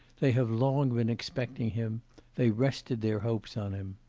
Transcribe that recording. they have long been expecting him they rested their hopes on him